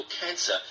cancer